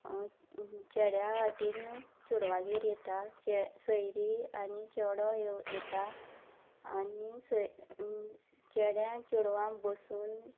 चेड्या वाटेन चेडवागेर येता चे सोयरीं आनी चेडो येव येता आनी सय चेड्या चेडवा बसून